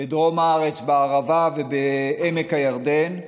בדרום הארץ, בערבה ובעמק הירדן,